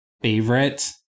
favorite